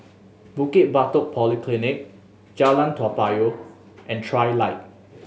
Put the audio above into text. Bukit Batok Polyclinic Jalan Toa Payoh and Trilight